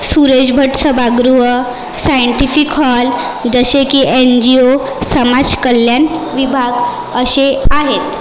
सुरेश भट सभागृह scientific hall जसे की एन जी ओ समाजकल्याण विभाग असे आहेत